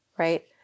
right